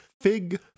Fig